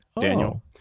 daniel